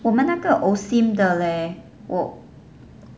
我们那个 Osim 的 leh 我